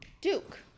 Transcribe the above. duke